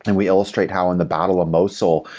and we illustrate how in the battle of mosul,